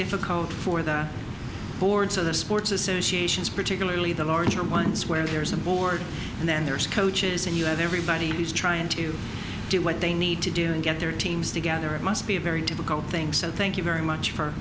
difficult for that board to the sports associations particularly the larger ones where there is a board and then there's coaches in that every he's trying to do what they need to do and get their teams together it must be a very difficult thing said thank you very much for